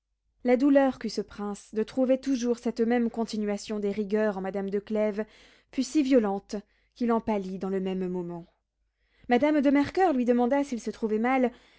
la douleur qu'eut ce prince de trouver toujours cette même continuation des rigueurs en madame de clèves fut si violente qu'il en pâlit dans le même moment madame de mercoeur lui demanda s'il se trouvait mal